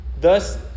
Thus